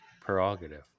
prerogative